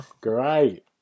great